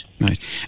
Right